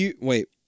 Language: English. Wait